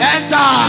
Enter